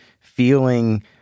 feeling